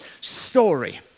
story